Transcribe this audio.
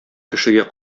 кешегә